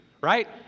right